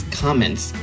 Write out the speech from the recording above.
comments